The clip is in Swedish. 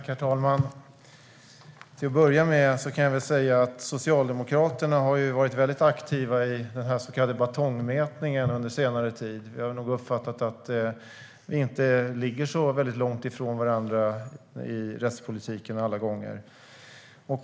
Herr talman! Till att börja med vill jag säga att Socialdemokraterna har varit aktiva i den så kallade batongmätningen under senare tid. Jag har uppfattat det som att vi inte ligger långt ifrån varandra i rättspolitiken alla gånger.